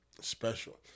special